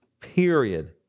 period